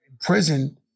prison